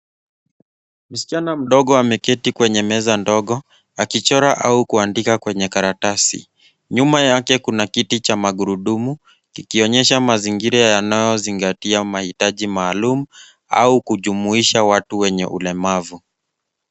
Msichana mdogo ameketi kwenye meza ndogo akichora au kuandika kwenye karatasi. Nyuma yake kuna kiti cha magurudumu kikionyesha mazingira yanayozingatia mahitaji maalum au kujumuisha watu wenye ulemavu.